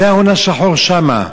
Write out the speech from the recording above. ההון השחור הוא שם.